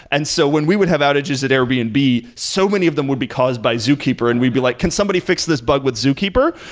and so when we would have outages at airbnb, and so many of them would be caused by zookeeper and we'd be like, can somebody fix this bug with zookeeper?